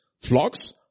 Flocks